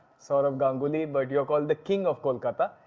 saurav ganguly. but you're called the king of kolkata.